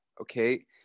okay